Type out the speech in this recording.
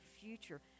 future